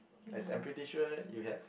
that I'm pretty sure you have